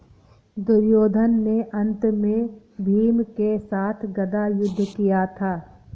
दुर्योधन ने अन्त में भीम के साथ गदा युद्ध किया था